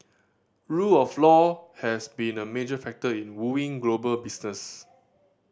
rule of law has been a major factor in wooing global business